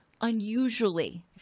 unusually